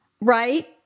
right